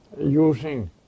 using